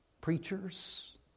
Preachers